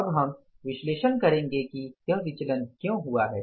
अब हम विश्लेषण करेंगे कि यह विचलन क्यों हुआ है